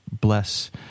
bless